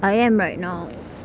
I am right now